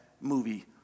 movie